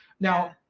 Now